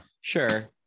sure